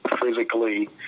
physically